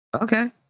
Okay